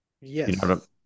yes